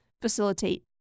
facilitate